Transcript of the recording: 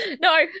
No